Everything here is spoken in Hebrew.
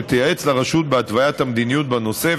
שתייעץ לרשות בהתוויית המדיניות בנושא,